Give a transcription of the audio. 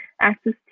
access